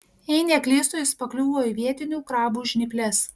jei neklystu jis pakliuvo į vietinių krabų žnyples